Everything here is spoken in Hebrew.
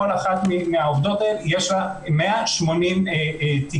כל אחת מהעובדות יש לה 180 תיקים.